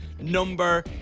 number